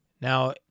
Now